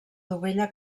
dovella